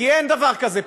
כי אין דבר כזה פה.